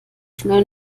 schnell